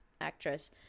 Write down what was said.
actress